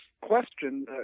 question